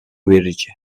verici